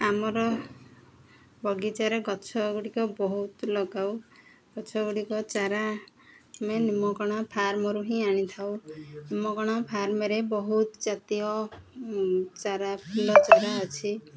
ଆମର ବଗିଚାରେ ଗଛ ଗୁଡ଼ିକ ବହୁତ ଲଗାଉ ଗଛଗୁଡ଼ିକ ଚାରା ଆମେ ନିମକଣା ଫାର୍ମରୁ ହିଁ ଆଣି ଥାଉ ନିମକଣା ଫାର୍ମରେ ବହୁତ ଜାତୀୟ ଚାରା ଫୁଲ ଚାରା ଅଛି